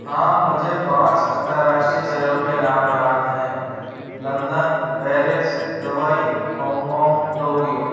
हाँ मुझे पाँच अंतरराष्ट्रीय शहरों के नाम याद हैं London Paris Dubai Hong Kong Tokyo